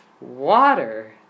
water